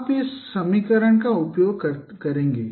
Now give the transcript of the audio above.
तो आप इस समीकरण का उपयोग करेंगे